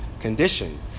condition